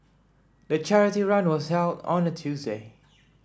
the charity run was held on a Tuesday